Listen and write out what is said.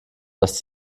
dass